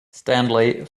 stanley